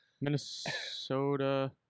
Minnesota